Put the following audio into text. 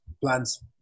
plans